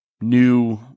new